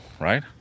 right